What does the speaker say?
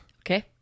Okay